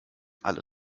alle